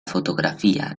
fotografia